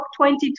2020